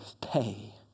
pay